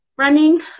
Running